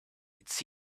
its